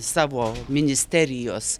savo ministerijos